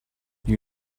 you